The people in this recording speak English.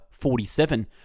47